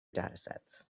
datasets